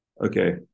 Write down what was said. Okay